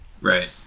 Right